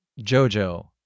Jojo